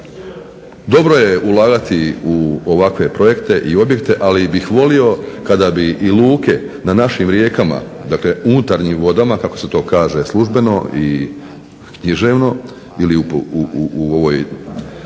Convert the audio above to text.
dobro je ulagati u ovakve projekte i objekte, ali bih volio kada bi i luke na našim rijekama, dakle unutarnjim vodama kako se to kaže službeno i književno, ili u ovoj